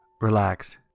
relax